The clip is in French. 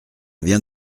vient